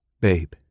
Babe